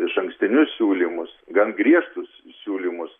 išankstinius siūlymus gan griežtus siūlymus